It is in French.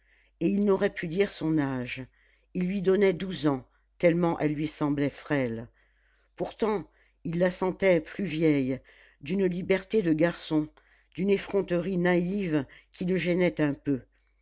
et il n'aurait pu dire son âge il lui donnait douze ans tellement elle lui semblait frêle pourtant il la sentait plus vieille d'une liberté de garçon d'une effronterie naïve qui le gênait un peu